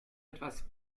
etwas